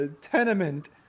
tenement